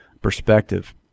perspective